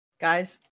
Guys